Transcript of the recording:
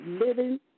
living